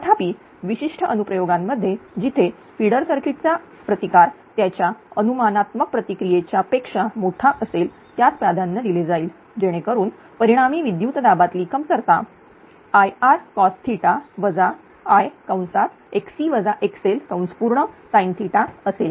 तथापि विशिष्ट अनु प्रयोगांमध्ये जिथे फिडर सर्किट चा प्रतिकार त्याच्या अनुमानात्मक प्रतिक्रियेच्या पेक्षा मोठा असेल त्यास प्राधान्य दिले जाईल जेणेकरून परिणामी विद्युतदाबतली कमतरता Ircos Isin असेल